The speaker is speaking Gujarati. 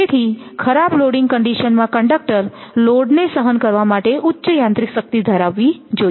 તેથી ખરાબ લોડીંગ કન્ડિશન માં કંડક્ટર લોડ ને સહન કરવા માટે ઉચ્ચ યાંત્રિક શક્તિ ધરાવવી જોઈએ